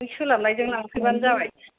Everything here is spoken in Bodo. नों सोलाबनायजों लांफैबानो जाबाय